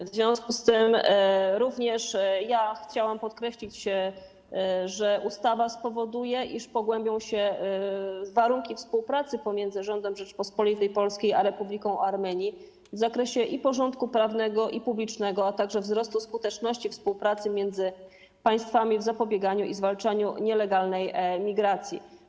W związku z tym również ja chciałam podkreślić, że ustawa spowoduje, iż pogłębi się współpraca pomiędzy rządem Rzeczypospolitej Polskiej i rządem Republiki Armenii w zakresie porządku prawnego i publicznego, a także nastąpi wzrost skuteczności współpracy między państwami w zakresie zapobiegania i zwalczania nielegalnej migracji.